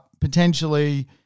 potentially